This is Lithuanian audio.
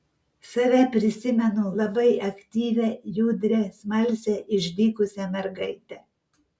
save prisimenu labai aktyvią judrią smalsią išdykusią mergaitę